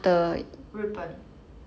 日本